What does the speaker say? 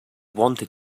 wanted